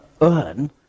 earn